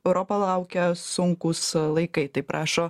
europa laukia sunkūs laikai taip rašo